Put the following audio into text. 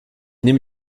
nehme